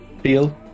Feel